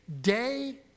day